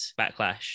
backlash